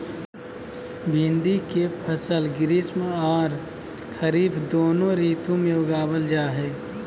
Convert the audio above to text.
भिंडी के फसल ग्रीष्म आर खरीफ दोनों ऋतु में उगावल जा हई